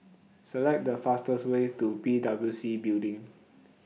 Select The fastest Way to P W C Building